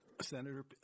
Senator